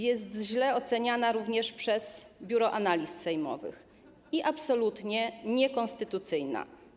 Jest źle oceniana również przez Biuro Analiz Sejmowych i absolutnie niekonstytucyjna.